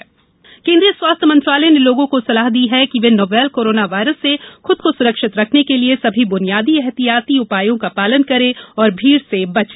corona advisory केन्द्रीय स्वास्थ्य मंत्रालय ने लोगों को सलाह दी है कि वे नोवेल कोरोना वायरस से खुद को सुरक्षित रखने के लिए सभी बुनियादी एहतियाती उपायों का पालन करें और भीड़ से बचें